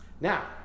Now